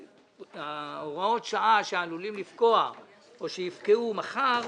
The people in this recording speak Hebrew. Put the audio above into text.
הוראות שעה שעלולות לפקוע או שיפקעו מחר.